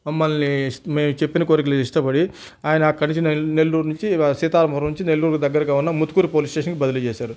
మమ్మల్ని మేము చెప్పిన కోరికలు ఇష్టపడి ఆయన అక్కడి నుంచి నెల్లూరు నుంచి ఇలా సీతారామపురం నుంచి నెల్లూరు దగ్గరగా ఉన్న ముత్తుకూరి పోలీస్ స్టేషన్కి బదిలీ చేశారు